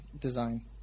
design